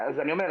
אז אני אומר,